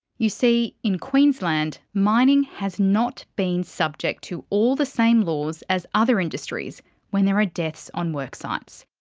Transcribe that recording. you see in queensland mining has not been subject to all the same laws as other industries when there are deaths on worksites.